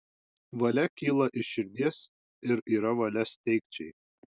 valia kyla iš širdies ir yra valia steigčiai